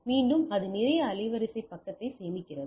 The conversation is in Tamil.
மீண்டும் அது நிறைய அலைவரிசை பக்கத்தை சேமிக்கிறது